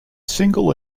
single